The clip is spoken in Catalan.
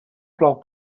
plou